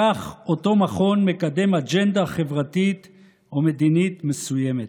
כך אותו מכון מקדם אג'נדה חברתית או מדינית מסוימת.